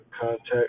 contact